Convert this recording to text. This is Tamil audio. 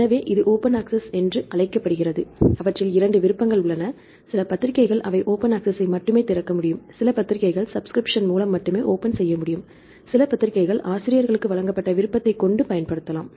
எனவே இது ஓபன் அக்சஸ் என்று அழைக்கப்படுகிறது அவற்றில் இரண்டு விருப்பங்கள் உள்ளன சில பத்திரிகைகள் அவை ஓபன் அக்சஸ்ஸை மட்டுமே திறக்க முடியும் சில பத்திரிகைகள் சப்கிரிப்சன் மூலம் மட்டுமே ஓபன் செய்ய முடியும் சில பத்திரிகைகள் ஆசிரியர்களுக்கு வழங்கப்பட்ட விருப்பத்தைக் கொண்டு பயன்படுத்தலாம்